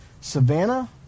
Savannah